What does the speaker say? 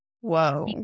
Whoa